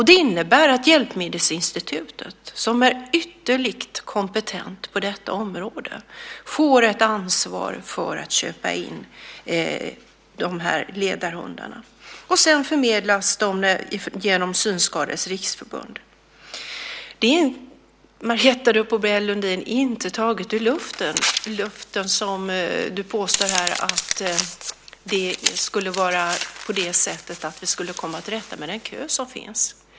Det innebär att Hjälpmedelsinstitutet, som är ytterligt kompetent på detta område, får ett ansvar för att köpa in ledarhundarna. Sedan förmedlas de genom Synskadades Riksförbund. Det är inte taget ur luften, Marietta de Pourbaix-Lundin! Du påstår här att det skulle vara på det sättet som vi skulle komma till rätta med den kö som finns.